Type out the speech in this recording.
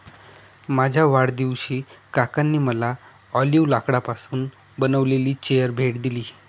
माझ्या वाढदिवशी काकांनी मला ऑलिव्ह लाकडापासून बनविलेली चेअर भेट दिली